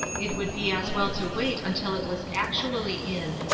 it would be as well to wait until it was actually in.